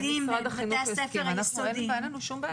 אם משרד החינוך יסכים, אין לנו שום בעיה..